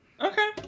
Okay